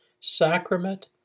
Sacrament